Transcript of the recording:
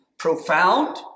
profound